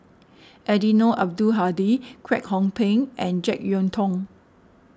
Eddino Abdul Hadi Kwek Hong Png and Jek Yeun Thong